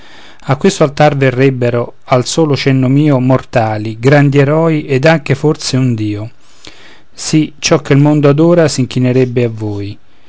a questo altar verrebbero al solo cenno mio mortali grandi eroi ed anche forse un dio sì ciò che il mondo adora s'inchinerebbe a voi